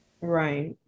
Right